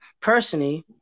personally